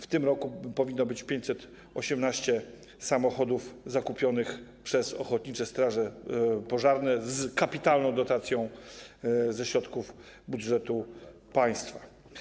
W tym roku powinno być 518 samochodów zakupionych przez ochotnicze straże pożarne z kapitalną dotacją ze środków budżetu państwa.